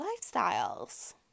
lifestyles